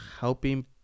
helping